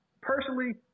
Personally